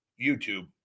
YouTube